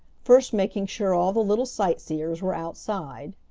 first making sure all the little sightseers were outside.